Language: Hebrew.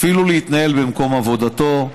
אפילו להתנהל במקום עבודתו.